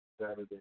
Saturday